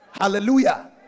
Hallelujah